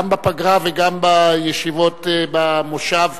גם בפגרה וגם בישיבות במושב,